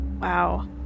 Wow